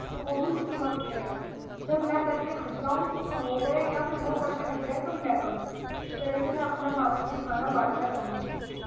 تو وہ بھی اسی وقت کرے جب میں کر کے ہٹ جاؤں تو وہ کرے یا پھر وہ کر کے ہٹ جائے تو میں کروں اس طرح سے میں اپنا باورچی خانہ بانٹنا چاہوں گی